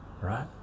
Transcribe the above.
right